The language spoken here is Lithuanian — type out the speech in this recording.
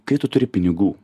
kai tu turi pinigų